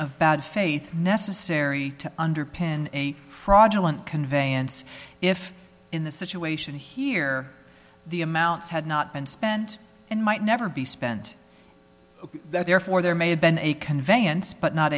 of bad faith necessary to underpin a fraudulent conveyance if in the situation here the amounts had not been spent and might never be spent that therefore there may have been a conveyance but not